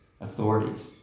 authorities